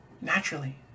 Naturally